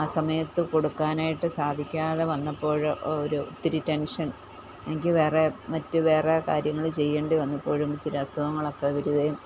ആ സമയത്ത് കൊടുക്കാനായിട്ട് സാധിക്കാതെ വന്നപ്പോള് ഒരു ഒത്തിരി ടെൻഷൻ എനിക്ക് വേറെ മറ്റു വേറെ കാര്യങ്ങള് ചെയ്യണ്ടിവന്നപ്പോഴും ഇച്ചിരി അസുഖങ്ങളൊക്കെ വര്കയും